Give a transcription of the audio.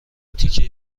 تیکه